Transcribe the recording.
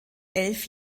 elf